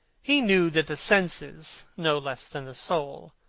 he knew that the senses, no less than the soul,